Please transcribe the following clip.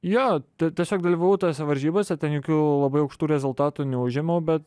jo tiesiog dalyvavau tose varžybose ten jokių labai aukštų rezultatų neužėmiau bet